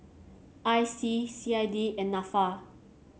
I C C I D and NAFA